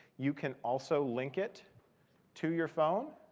you can also link it to your phone.